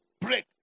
break